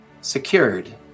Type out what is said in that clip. Secured